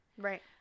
Right